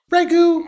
Regu